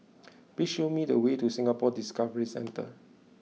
please show me the way to Singapore Discovery Centre